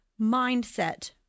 mindset